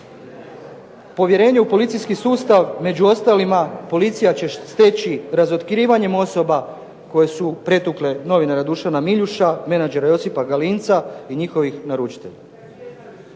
povjerenje u policijski sustav među ostalima policija će steći razotkrivanjem osoba koje su pretukle novinara Dušana Miljuša, menadžera Josipa Galinca i njihovih naručitelja.